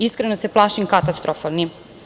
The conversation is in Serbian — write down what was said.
Iskreno se plašim – katastrofalni.